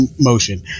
motion